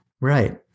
Right